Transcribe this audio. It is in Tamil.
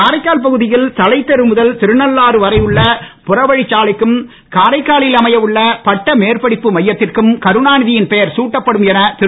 காரைக்கால் பகுதியில் தலைத்தெரு முதல் திருநன்னாறு வரை உள்ள புறவழிச்சாலைக்கும் காரைக்காலில் அமைய உள்ள பட்ட மேற்படிப்பு மையத்திற்கும் கருணாநிதயின் பெயர் சூட்டப்படும் என திரு